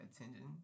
attention